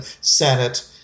Senate